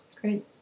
Great